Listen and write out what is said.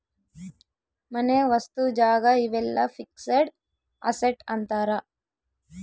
ಮನೆ ವಸ್ತು ಜಾಗ ಇವೆಲ್ಲ ಫಿಕ್ಸೆಡ್ ಅಸೆಟ್ ಅಂತಾರ